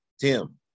tim